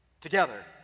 together